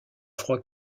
froid